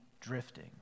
drifting